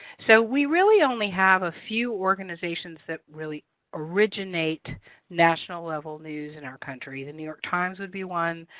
so we really only have a few organizations that really originate national level news in our country the new york times would be one.